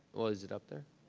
well, is it up there?